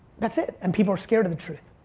that's it and people are scared of the truth.